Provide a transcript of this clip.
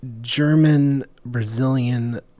German-Brazilian